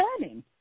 learning